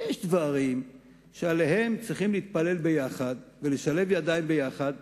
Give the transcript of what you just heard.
יש דברים שעליהם צריכים להתפלל יחד ולשלב ידיים יחד.